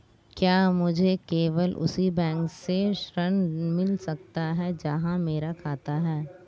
क्या मुझे केवल उसी बैंक से ऋण मिल सकता है जहां मेरा खाता है?